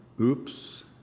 oops